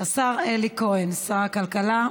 השר אלי כהן, שר הכלכלה.